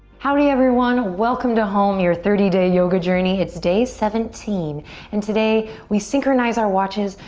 howdy everyone. welcome to home, your thirty day yoga journey. it's day seventeen and today we synchronize our watches,